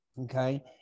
okay